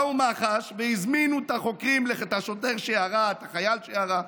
באו מח"ש והזמינו את השוטר שירה, את החייל שירה,